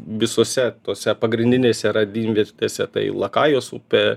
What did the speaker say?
visose tose pagrindinėse radimvietėse tai lakajos upė